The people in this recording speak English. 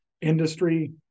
industry